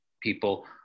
people